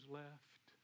left